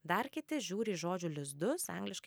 dar kiti žiūri į žodžių lizdus angliškai